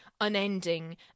unending